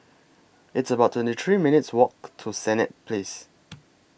It's about twenty three minutes' Walk to Senett Place